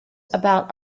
about